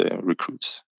recruits